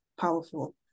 powerful